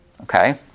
Okay